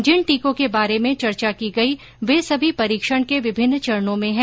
जिन टीकों के बारे में चर्चा की गई वे सभी परीक्षण के विभिन्न चरणों में हैं